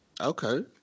Okay